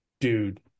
Dude